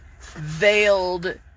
veiled